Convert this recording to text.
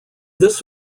this